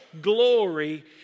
glory